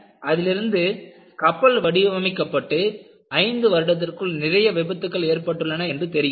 அதில் இருந்து கப்பல் வடிவமைக்கப்பட்டு ஐந்து வருடத்திற்குள் நிறைய விபத்துக்கள் ஏற்பட்டுள்ளன என்று தெரிகிறது